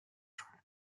track